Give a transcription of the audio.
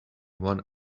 one